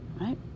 right